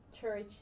church